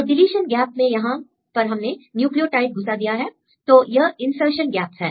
तो deletion gap में यहां पर हमने न्यूक्लियोटाइड घुसा दिया है तो यह इन्सर्शन् गैप है